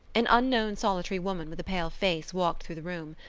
an unknown solitary woman with a pale face walked through the room.